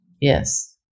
Yes